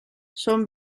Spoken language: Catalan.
són